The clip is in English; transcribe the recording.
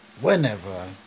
whenever